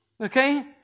okay